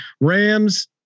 Rams